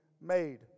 made